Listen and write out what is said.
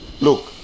look